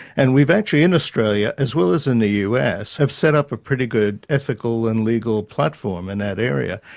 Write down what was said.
and we've actually in australia, as well as in the us, have set up a pretty good ethical ethical and legal platform in that area,